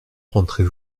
rentrez